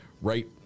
right